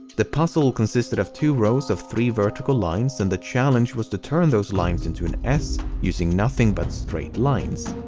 the puzzle consisted of two rows of three vertical lines and the challenge was to turn those lines into an s using nothing but straight lines.